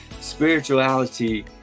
spirituality